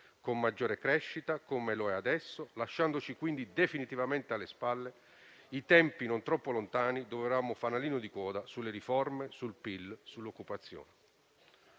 con maggiore crescita, come adesso, lasciandosi quindi definitivamente alle spalle i tempi non troppo lontani in cui era fanalino di coda sulle riforme, sul PIL e sull'occupazione.